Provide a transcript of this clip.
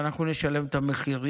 ואנחנו נשלם את המחיר.